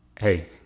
Hey